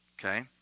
Okay